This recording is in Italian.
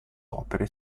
opere